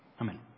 Amen